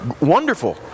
wonderful